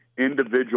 individual